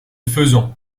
faisant